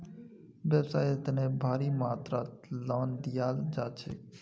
व्यवसाइर तने भारी मात्रात लोन दियाल जा छेक